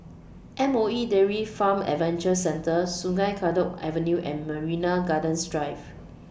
M O E Dairy Farm Adventure Centre Sungei Kadut Avenue and Marina Gardens Drive